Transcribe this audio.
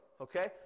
okay